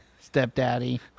stepdaddy